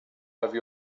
over